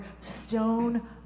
stone